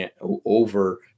over